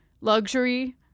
luxury